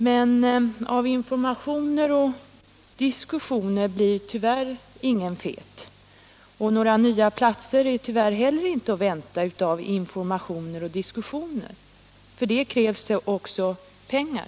Men av informationer och diskussioner blir tyvärr ingen fet, och några nya platser är heller inte att vänta av informationer eller diskussioner. För detta krävs också pengar.